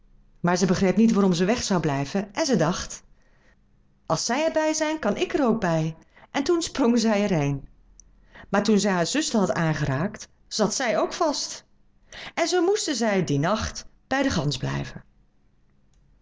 maar zij begreep niet waarom zij weg zou blijven en zij dacht als zij er bij zijn kan ik er ook bij en toen sprong zij er heên maar toen zij haar zuster had aangeraakt zat zij ook vast en zoo moesten zij dien nacht bij de gans blijven